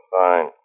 fine